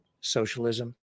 socialism